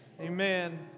Amen